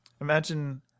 imagine